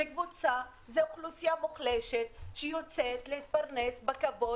זה אוכלוסייה מוחלשת שיוצאת להתפרנס בכבוד